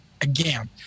again